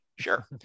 Sure